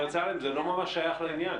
גב' סאלם, זה לא ממש שייך לעניין.